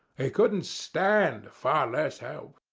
he couldn't stand, far less help.